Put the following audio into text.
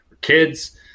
kids